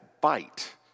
bite